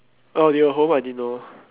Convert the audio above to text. oh they were home I didn't know